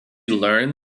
learned